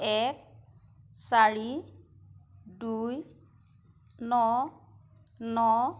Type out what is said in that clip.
এক চাৰি দুই ন ন